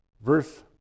verse